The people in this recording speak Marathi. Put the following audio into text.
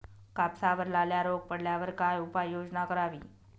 कापसावर लाल्या रोग पडल्यावर काय उपाययोजना करावी?